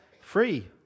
Free